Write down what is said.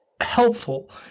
helpful